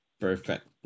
Perfect